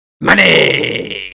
Money